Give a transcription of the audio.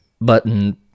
button